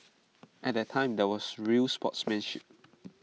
at that time there was real sportsmanship